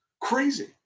crazy